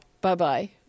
Bye-bye